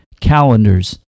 calendars